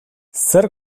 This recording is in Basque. zer